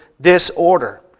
disorder